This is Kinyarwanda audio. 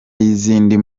y’izindi